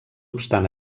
obstant